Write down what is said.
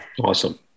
Awesome